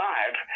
Live